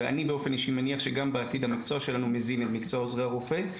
ואני מניח שגם בעתיד המקצוע שלנו מזין את מקצוע עוזרי הרופא.